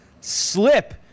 slip